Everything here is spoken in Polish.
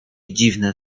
dziwne